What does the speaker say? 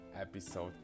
episode